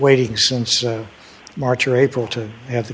waiting since march or april to have